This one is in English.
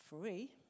free